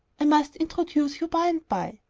i must introduce you by-and-by,